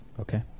Okay